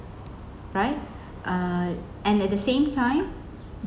right uh and at the same time